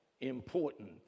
important